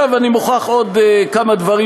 עכשיו, אני מוכרח לומר עוד כמה דברים,